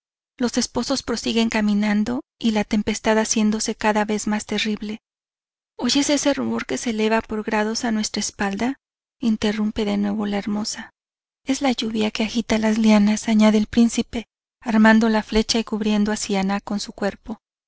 los esposos prosiguen caminando y la tempestad haciéndose cada vez más terrible oyes ese rumor que se eleva por grados a nuestra espalda interrumpe de nuevo la hermosa es la lluvia que agita las lianas añade el príncipe armando la flecha y cubriendo a siannah con su cuerpo